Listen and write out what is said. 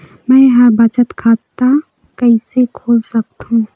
मै ह बचत खाता कइसे खोल सकथों?